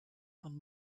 von